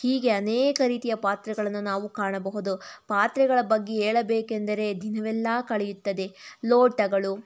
ಹೀಗೆ ಅನೇಕ ರೀತಿಯ ಪಾತ್ರೆಗಳನ್ನು ನಾವು ಕಾಣಬಹುದು ಪಾತ್ರೆಗಳ ಬಗ್ಗೆ ಹೇಳಬೇಕೆಂದರೆ ದಿನವೆಲ್ಲ ಕಳೆಯುತ್ತದೆ ಲೋಟಗಳು